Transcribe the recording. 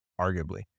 Arguably